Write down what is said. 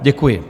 Děkuji.